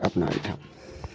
अपना ओहिठम